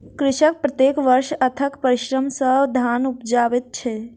कृषक प्रत्येक वर्ष अथक परिश्रम सॅ धान उपजाबैत अछि